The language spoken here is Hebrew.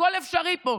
הכול אפשרי פה,